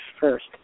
first